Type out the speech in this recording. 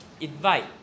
invite